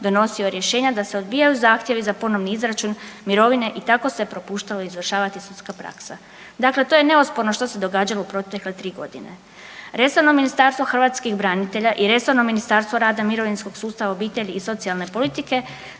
donosio rješenja da se odbijaju zahtjevi za ponovni izračun mirovine i tako se propuštalo izvršavati sudska praksa. Dakle, to je neosporno što se događalo u protekle tri godine. Resorno Ministarstvo hrvatskih branitelja i resorno Ministarstvo rada, mirovinskog sustava, obitelji i socijalne politike